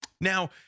Now